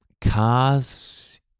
cars